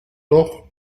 doch